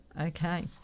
Okay